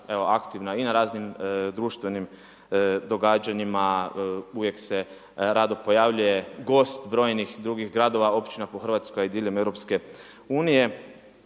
aktivna je i na raznim društvenim događanjima uvijek se rado pojavljuje gost brojnih drugih gradova, općina po Hrvatskoj i diljem Europske unije,